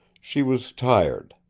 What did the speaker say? she was tired.